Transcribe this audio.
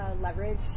leverage